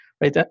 right